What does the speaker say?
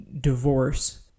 divorce